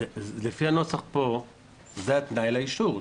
לפי הנוסח פה זה התנאי לאישור.